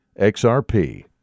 XRP